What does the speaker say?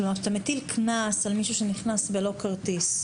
כשאתה מטיל קנס על מישהו שנכנס ללא כרטיס,